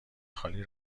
خالی